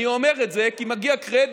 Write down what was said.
אני אומר את זה כי מגיע קרדיט,